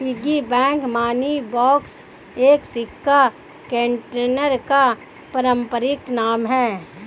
piggy bank money box एक सिक्का container का पारंपरिक नाम है